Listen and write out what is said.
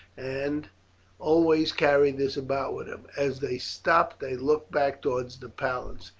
and always carried this about with him. as they stopped they looked back towards the palace.